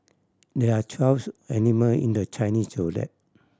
there are twelve animal in the Chinese Zodiac